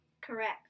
Correct